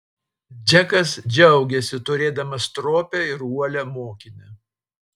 džekas džiaugėsi turėdamas stropią ir uolią mokinę